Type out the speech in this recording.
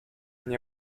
nie